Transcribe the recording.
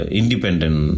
independent